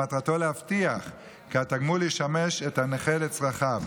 שמטרתו להבטיח כי התגמול ישמש את הנכה לצרכיו.